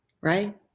right